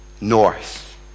north